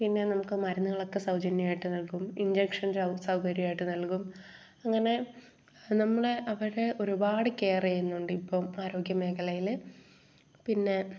പിന്നെ നമുക്ക് മരുന്നുകളൊക്കെ സൗജന്യമായിട്ട് നൽകും ഇൻജെക്ഷൻ സൗകര്യമായിട്ട് നൽകും അങ്ങനെ നമ്മളെ അവിടെ ഒരുപാട് കെയർ ചെയ്യുന്നുണ്ടിപ്പോൾ ആരോഗ്യ മേഖലയിൽ പിന്നെ